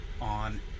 on